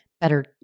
better